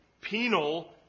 penal